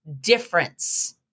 difference